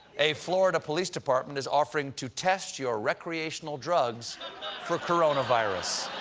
a florida police department is offering to test your recreational drugs for coronavirus.